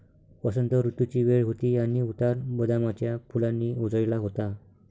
वसंत ऋतूची वेळ होती आणि उतार बदामाच्या फुलांनी उजळला होता